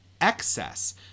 excess